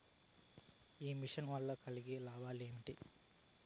ఈ మిషన్ వల్ల కలిగే లాభాలు ఏమిటి?